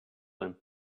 him